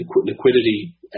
liquidity